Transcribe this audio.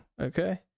Okay